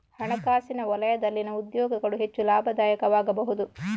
ಹಣಕಾಸಿನ ವಲಯದಲ್ಲಿನ ಉದ್ಯೋಗಗಳು ಹೆಚ್ಚು ಲಾಭದಾಯಕವಾಗಬಹುದು